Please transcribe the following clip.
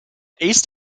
east